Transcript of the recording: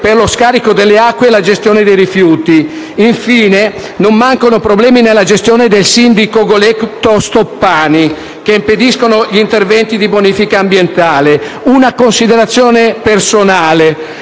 per lo scarico delle acque e la gestione dei rifiuti. Infine, non mancano problemi nella gestione del SIN di Cogoleto-Stoppani, che impediscono gli interventi di bonifica ambientale. Una considerazione personale: